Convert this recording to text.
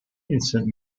instant